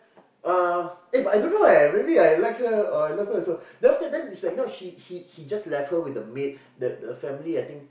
uh eh but I don't know leh maybe I like her or love her also then he he he just left her with the maid that the family I think